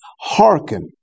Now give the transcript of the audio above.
hearken